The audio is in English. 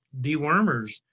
dewormers